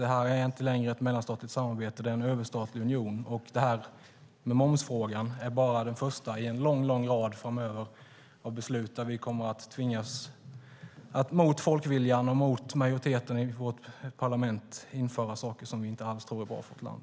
Detta är inte längre ett mellanstatligt samarbete, det är en överstatlig union. Momsfrågan är bara den första i en lång rad framöver där vi kommer att tvingas ta beslut mot folkviljan och mot majoriteten i vårt parlament och införa saker som vi inte alls tror är bra för vårt land.